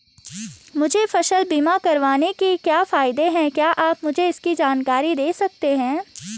मुझे फसल बीमा करवाने के क्या फायदे हैं क्या आप मुझे इसकी जानकारी दें सकते हैं?